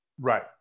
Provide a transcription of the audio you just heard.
Right